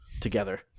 together